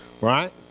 Right